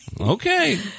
Okay